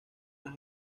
las